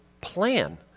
plan